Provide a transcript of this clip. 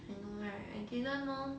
I know right I didn't know